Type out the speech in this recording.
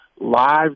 Live